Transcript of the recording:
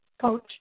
coach